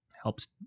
Helps